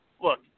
look